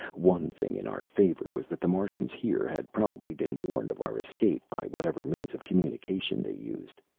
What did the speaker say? one thing in our favor was that the martians here had probably been warned of our escape by whatever means of communication they used.